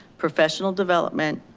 professional development,